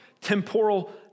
temporal